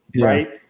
Right